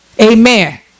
amen